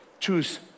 Choose